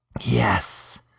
Yes